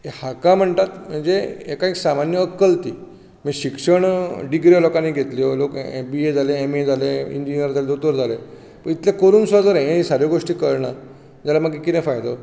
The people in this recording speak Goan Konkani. हाका म्हणटात म्हणजे हाका एक सामान्य अक्कल ती म्हणजे शिक्षण डिगऱ्यो लोकांनी घेतल्यो लोक बीए जाले एमए जाले इंजिनियर जाले दोतोर जाले पूण इतले करून सुद्दां जर हें साद्यो गोश्टी कळनात जाल्यार मागीर कितें फायदो